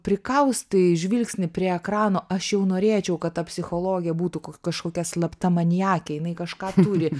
prikaustai žvilgsnį prie ekrano aš jau norėčiau kad ta psichologė būtų kažkokia slapta maniakė jinai kažką turi